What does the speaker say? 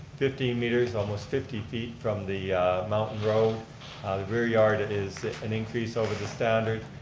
fifteen meters, almost fifty feet. from the mountain road rear yard and is an increase over the standard.